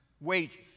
wages